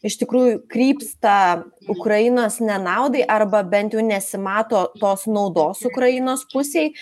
iš tikrųjų krypsta ukrainos nenaudai arba bent jau nesimato tos naudos ukrainos pusei